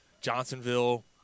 Johnsonville